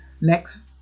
Next